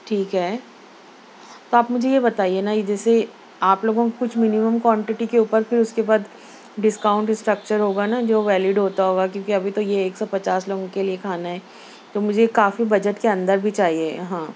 ٹھیک ہے تو آپ مجھے یہ بتائیے نہ جیسے آپ لوگوں کو کچھ منیمم کانٹیٹی کے اوپر پھر اس کے بعد ڈسکاؤنٹ اسٹرکچر ہوگا نہ جو ویلڈ ہوتا ہوگا کیونکہ ابھی تو یہ ایک سو پچاس لوگوں کے لیے کھانا ہے تو مجھے کافی بجٹ کے اندر بھی چاہیے ہاں